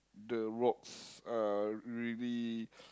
the rocks are really